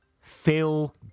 Phil